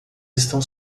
estão